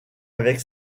avec